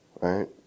right